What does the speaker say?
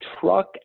truck